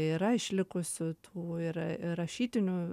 yra išlikusių tų ir rašytinių